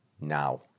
now